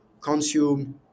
consume